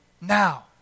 now